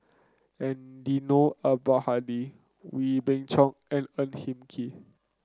Eddino Abdul Hadi Wee Beng Chong and Ang Hin Kee